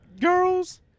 girls